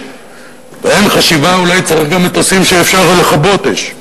ואין חשיבה שאולי צריך גם מטוסים שאפשר אתם לכבות אש.